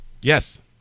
Yes